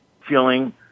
feeling